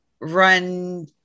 run